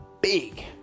big